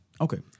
Okay